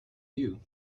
you